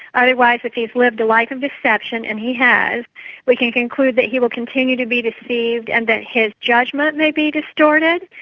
otherwise, if he's lived a life of deception and he has we can conclude that he will continue to be deceived and that his judgement may be distorted.